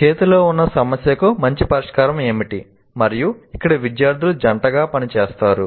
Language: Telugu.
చేతిలో ఉన్న సమస్యకు మంచి పరిష్కారం ఏమిటి మరియు ఇక్కడ విద్యార్థులు జంటగా పని చేస్తారు